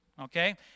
okay